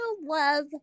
love